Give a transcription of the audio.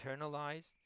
internalized